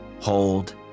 Hold